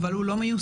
אבל הוא לא מיושם.